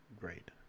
great